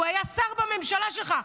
הוא היה שר בממשלה שלך.